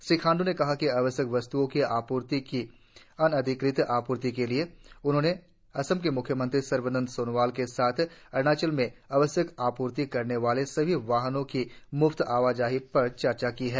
श्री खांड्र ने कहा कि आवश्यक वस्त्ओं की आपूर्ति की अनधिकृत आपूर्ति के लिए उन्होंने असम के मुख्यमंत्री सर्बानंद सोनोवाल के साथ अरुणाचल में आवश्यक आपूर्ति करने वाले सभी वाहनों की मुफ्त आवाजाही पर चर्चा की है